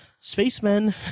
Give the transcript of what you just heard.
spacemen